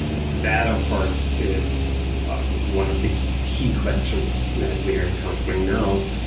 that, of course, is one of the key questions that we are encountering now.